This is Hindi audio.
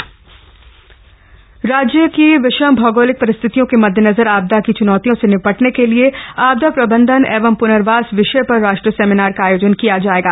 राष्टीय सेमिनार राज्य की विषम भौगोलिक परिस्थितियों के मददेनजर आपदा की चुनौतियों से निपटने के लिए आपदा प्रबन्धन एवं प्नर्वास विषय पर राष्ट्रीय सेमिनार का आयोजन किया जाएगा